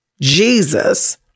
Jesus